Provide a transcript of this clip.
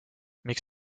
miks